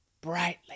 brightly